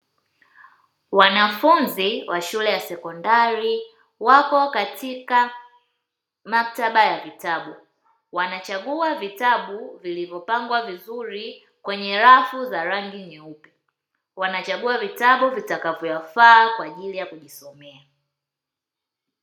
Wanafunzi wa shule ya sekondari wapo katika maktaba ya vitabu, wanachagua kitabu vilivyopangwa vizuri kwenye rafu za rangi nyeupe, wanachagua vitabu vitakavyowafaa kwa ajili ya kujisomea.